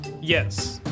yes